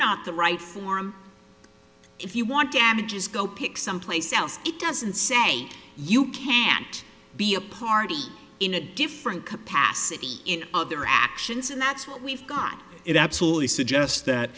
not the right form if you want damages go pick someplace else it doesn't say you can't be a party in a different capacity in other actions and that's what we've got it absolutely suggest